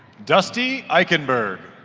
dusty eikenberg